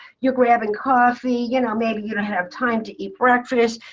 you're grabbing coffee, you know maybe you don't have time to eat breakfast.